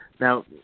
Now